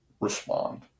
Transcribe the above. respond